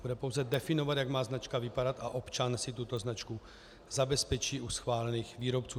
Bude pouze definovat, jak má značka vypadat, a občan si tuto značku zabezpečí u schválených výrobců.